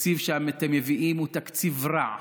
התקציב שאתם מביאים הוא תקציב רע,